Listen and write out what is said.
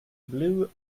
blue